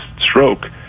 stroke